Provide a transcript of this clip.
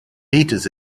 heaters